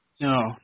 No